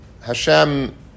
Hashem